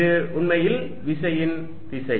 இது உண்மையில் விசையின் திசை